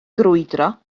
grwydro